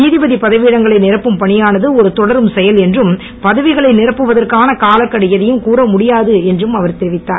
நீதிபதி பதவியிடங்களை நிரப்பும் பணியானது ஒரு தொடரும் செயல் என்றும் பதவிகளை நிரப்புவதற்கான காலக்கெடு எதையும் கூறமுடியாது என்றும் அவர் தெரிவித்தார்